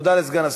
תודה לסגן השר.